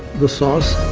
the sauce.